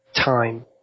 time